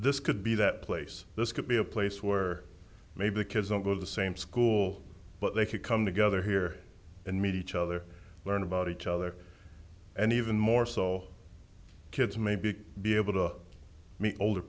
this could be that place this could be a place where maybe the kids don't go to the same school but they could come together here and meet each other learn about each other and even more so kids may be be able to